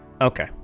Okay